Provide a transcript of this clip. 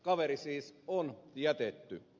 kaveri siis on jätetty